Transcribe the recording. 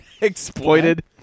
exploited